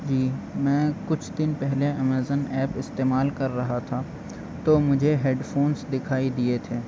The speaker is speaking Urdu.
جی میں کچھ دن پہلے امیزن ایپ استعمال کر رہا تھا تو مجھے ہیڈ فونس دکھائی دیے تھے